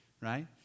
right